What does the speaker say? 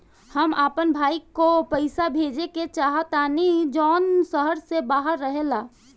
हम अपन भाई को पैसा भेजे के चाहतानी जौन शहर से बाहर रहेला